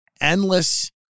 endless